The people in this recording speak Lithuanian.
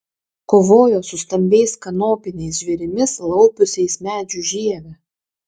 kovojo su stambiais kanopiniais žvėrimis laupiusiais medžių žievę